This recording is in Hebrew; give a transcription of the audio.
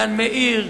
גן מאיר,